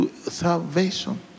Salvation